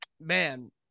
Man